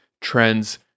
trends